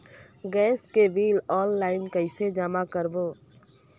Gas के bill online कइसे जमा करव?